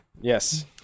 Yes